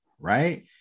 right